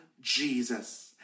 Jesus